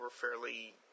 fairly